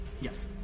Yes